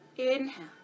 inhale